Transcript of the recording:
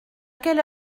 quelle